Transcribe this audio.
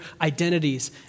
identities